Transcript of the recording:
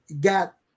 got